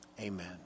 Amen